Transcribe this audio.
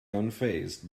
unfazed